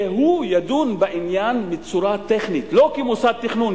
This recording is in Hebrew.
והוא ידון בעניין בצורה טכנית, לא כמוסד תכנון.